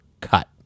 cut